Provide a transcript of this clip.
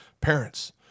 parents